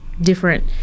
different